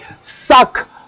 suck